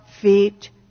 feet